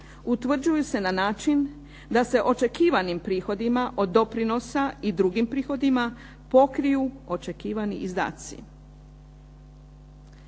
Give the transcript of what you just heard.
utvrđuju se na način da se očekivanim prihodima od doprinosa i drugim prihodima pokriju očekivani izdaci."